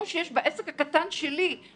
שבו אמרו שצריך לקרוא עברית.